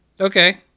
okay